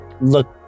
look